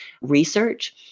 research